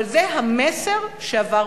אבל זה המסר שעבר,